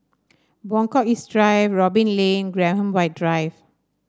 Buangkok East Drive Robin Lane Graham White Drive